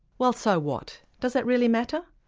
well so what. does that really matter?